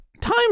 time